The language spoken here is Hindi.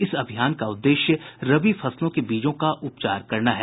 इस अभियान का उद्देश्य रबी फसलों के बीजों का उपचार करना है